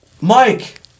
Mike